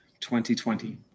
2020